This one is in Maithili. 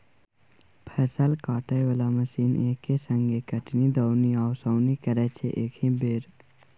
फसल काटय बला मशीन एक संगे कटनी, दौनी आ ओसौनी करय छै एकहि बेर